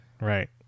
right